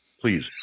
please